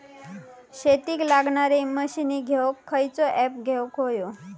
शेतीक लागणारे मशीनी घेवक खयचो ऍप घेवक होयो?